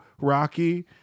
Rocky